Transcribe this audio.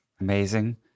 Amazing